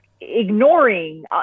ignoring